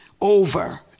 over